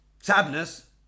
sadness